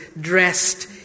dressed